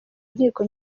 inkiko